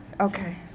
Okay